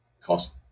cost